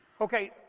Okay